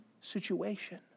situation